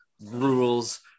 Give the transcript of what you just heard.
rules